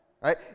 right